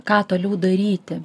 ką toliau daryti